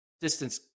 distance